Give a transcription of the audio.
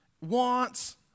wants